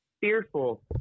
fearful